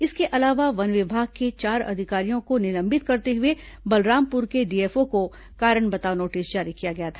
इसके अलावा वन विभाग के चार अधिकारियों को निलंबित करते हुए बलरामपुर के डीएफओ को कारण बताओ नोटिस जारी किया गया था